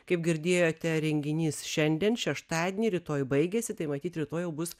kaip girdėjote renginys šiandien šeštadienį rytoj baigiasi tai matyt rytoj jau bus